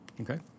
Okay